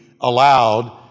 allowed